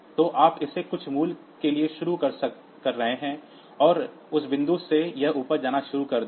तो आप इसे कुछ मूल्य के लिए शुरू कर रहे हैं और उस बिंदु से यह ऊपर जाना शुरू कर देगा